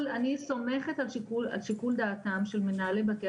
אני סומכת על שיקול דעתם של מנהלי בתי